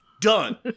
done